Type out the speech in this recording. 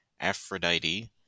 Aphrodite